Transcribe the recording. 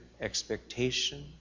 expectation